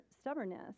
stubbornness